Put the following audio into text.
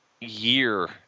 year